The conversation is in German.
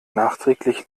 nachträglich